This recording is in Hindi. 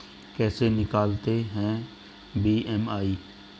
कैसे निकालते हैं बी.एम.आई?